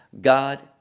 god